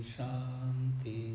Shanti